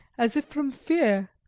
as if from fear.